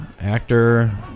actor